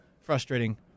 frustrating